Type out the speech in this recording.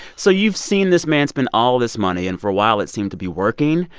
so you've seen this man spend all this money, and for a while, it seemed to be working.